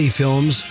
films